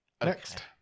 Next